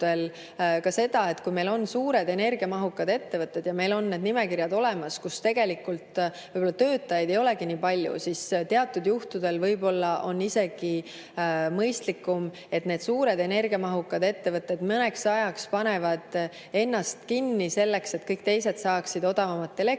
ka seda, et kui meil on suured energiamahukad ettevõtted – ja meil on olemas nimekirjad [ettevõtetest], kus tegelikult võib-olla töötajaid ei olegi nii palju –, siis teatud juhtudel võib-olla on isegi mõistlikum, et need suured energiamahukad ettevõtted mõneks ajaks panevad ennast kinni, selleks et kõik teised saaksid odavamat elektrit.